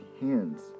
hands